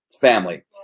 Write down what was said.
family